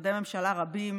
משרדי ממשלה רבים,